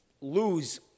lose